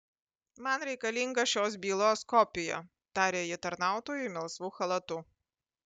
man reikalinga šios bylos kopija tarė ji tarnautojui melsvu chalatu